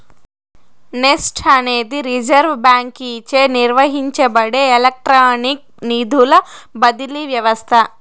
NEFT అనేది reserve బాంకీచే నిర్వహించబడే ఎలక్ట్రానిక్ నిధుల బదిలీ వ్యవస్త